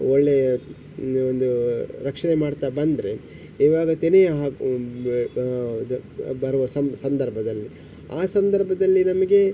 ಒಳ್ಳೆಯ ಒಂದು ರಕ್ಷಣೆ ಮಾಡ್ತಾ ಬಂದರೆ ಇವಾಗ ತೆನೆಯ ಹಾಗೆ ಬರುವ ಸಂದರ್ಭದಲ್ಲಿ ಆ ಸಂದರ್ಭದಲ್ಲಿ ನಮಗೆ